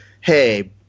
hey